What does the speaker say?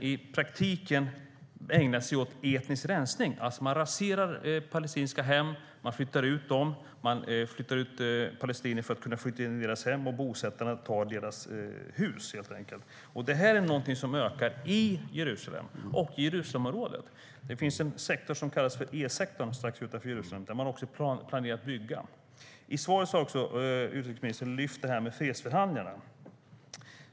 I praktiken ägnar man sig åt etnisk rensning och raserar palestinska hem och flyttar ut palestinier för att kunna flytta in israeler i deras hem. Bosättarna tar helt enkelt deras hus. Detta är något som ökar i Jerusalem och i Jerusalemområdet. I E-sektorn strax utanför Jerusalem planerar man också att bygga. I svaret har utrikesministern lyft upp fredförhandlingarna.